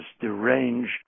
deranged